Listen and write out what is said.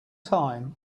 time